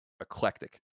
eclectic